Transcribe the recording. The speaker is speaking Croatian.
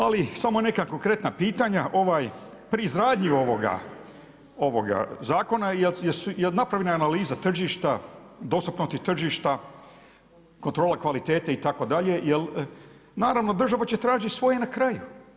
Ali samo neka konkretna pitanja, pri izgradnji ovoga zakona jel napravljena analiza tržišta, dostupnosti tržišta, kontrola kvalitete itd., jer naravno država će tražiti svoje na kraju.